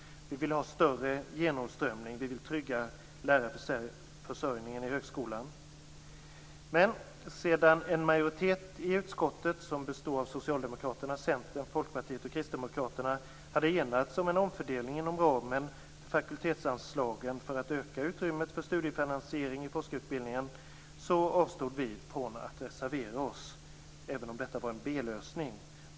Vi vill ha större genomströmning, vi vill trygga lärarförsörjningen i högskolan. Men sedan en majoritet i utskottet, som består av Socialdemokraterna, Centern, Folkpartiet och Kristdemokraterna, hade enats om en omfördelning inom ramen för fakultetsanslagen för att öka utrymmet för studiefinansiering i forskarutbildningen avstod vi från att reservera oss, även om detta var en B-lösning.